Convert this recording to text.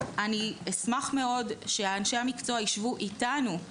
אני אשמח מאוד שאנשי המקצוע יישבו אתנו,